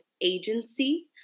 agency